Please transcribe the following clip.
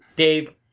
Dave